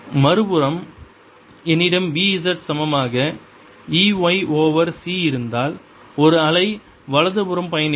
மறுபுறம் என்னிடம் B z சமமாக E y ஓவர் c இருந்தால் ஒரு அலை வலதுபுறம் பயணிக்கும்